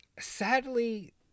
sadly